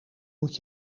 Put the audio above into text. moet